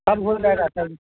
कम हो जाएगा चल